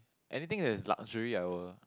anything that is luxury I will